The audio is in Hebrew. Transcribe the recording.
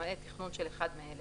למעט תכנון של אחד מאלה: